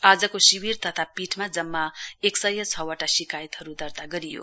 आजको शिविर तथा पीठमा जम्मा एक सय छ वटाँ शिकायतहरू दर्ता गरियो